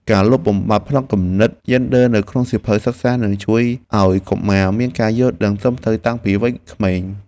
ការលុបបំបាត់ផ្នត់គំនិតយេនឌ័រនៅក្នុងសៀវភៅសិក្សានឹងជួយឱ្យកុមារមានការយល់ឃើញត្រឹមត្រូវតាំងពីវ័យក្មេង។